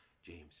James